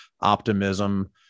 optimism